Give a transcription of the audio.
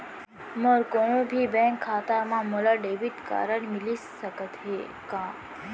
मोर कोनो भी बैंक खाता मा मोला डेबिट कारड मिलिस सकत हे का?